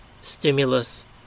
stimulus